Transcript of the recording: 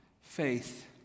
Faith